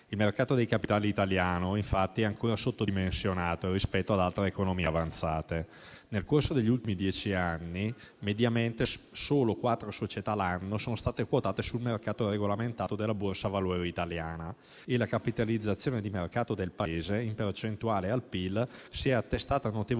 Il mercato dei capitali italiano infatti è ancora sottodimensionato rispetto ad altre economie avanzate. Nel corso degli ultimi dieci anni mediamente solo quattro società all'anno sono state quotate sul mercato regolamentato della Borsa valori italiana e la capitalizzazione di mercato del Paese, in percentuale al PIL, si è attestata notevolmente